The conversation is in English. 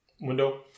window